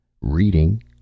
Reading